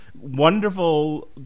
wonderful